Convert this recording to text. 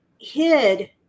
hid